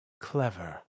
clever